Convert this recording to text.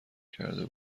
کرده